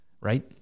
right